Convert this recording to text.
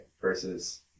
versus